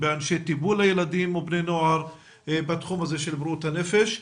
באנשי טיפול לילדים ולבני נוער בתחום הזה של בריאות הנפש,